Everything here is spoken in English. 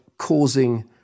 causing